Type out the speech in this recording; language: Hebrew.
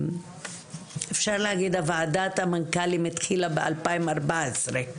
אפשר להגיד ועדת המנכ"לים הבין משרדית ב-2014,